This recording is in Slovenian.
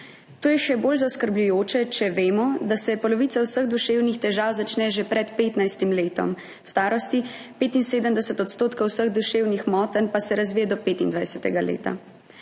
To je še bolj zaskrbljujoče, če vemo, da se polovica vseh duševnih težav začne že pred 15. letom starosti, 75 % vseh duševnih motenj pa se razvije do 25. leta.